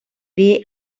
dir